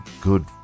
good